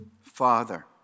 Father